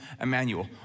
Emmanuel